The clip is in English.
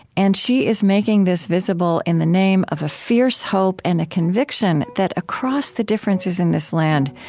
and she is making this visible in the name of a fierce hope and a conviction that, across the differences in this land,